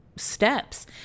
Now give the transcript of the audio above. steps